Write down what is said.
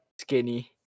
skinny